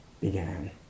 began